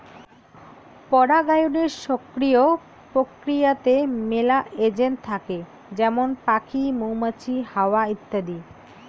পরাগায়নের সক্রিয় প্রক্রিয়াতে মেলা এজেন্ট থাকে যেমন পাখি, মৌমাছি, হাওয়া ইত্যাদি